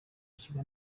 kigo